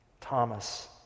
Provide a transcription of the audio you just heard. Thomas